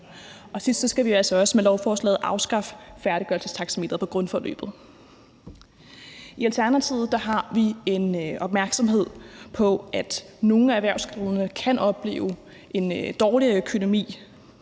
til sidst skal vi også med lovforslaget afskaffe færdiggørelsestaxameteret på grundforløbet. I Alternativet har vi en opmærksomhed på, at nogle af erhvervsskolerne kan opleve en dårligere økonomi,